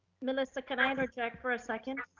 melissa, can i and check for a second?